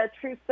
true